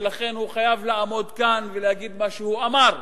ולכן הוא חייב לעמוד כאן ולהגיד מה שהוא אמר,